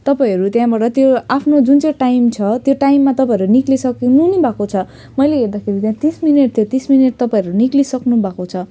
तपाईँहरू त्यहाँबाट त्यो आफ्नो जुन चाहिँ टाइम छ त्यो टाइममा त तपाईँहरू निस्किसक्नु नै भएको छ मैले हेर्दाखेरि त्यहाँ तिस मिनट थियो तिस मिनट तपाईँहरू निस्किसक्नु भएको छ